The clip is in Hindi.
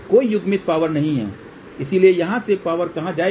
कोई युग्मित पावरpower नहीं है इसलिए यहाँ से पावर कहाँ जाएगी